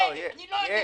אני לא יודע.